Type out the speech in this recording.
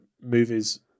movies